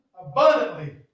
abundantly